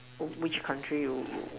oh which country you